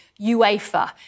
UEFA